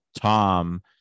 Tom